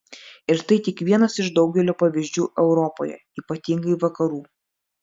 ir tai tik vienas iš daugelio pavyzdžių europoje ypatingai vakarų